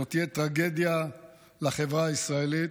זו תהיה טרגדיה לחברה הישראלית,